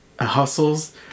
hustles